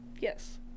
yes